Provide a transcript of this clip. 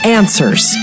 answers